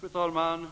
Fru talman!